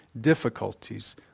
difficulties